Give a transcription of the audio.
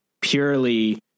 purely